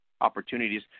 opportunities